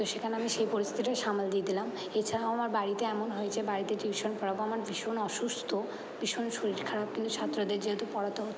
তো সেখানে আমি সেই পরিস্থিতিটা সামাল দিয়ে দিলাম এছাড়াও আমার বাড়িতে এমন হয়েছে বাড়িতে টিউশন পড়াবো আমার ভীষণ অসুস্থ ভীষণ শরীর খারাপ কিন্তু ছাত্রদের যেহেতু পড়াতে হতো